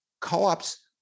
co-ops